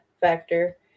factor